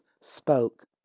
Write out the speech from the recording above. spoke